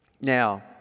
now